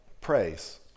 praise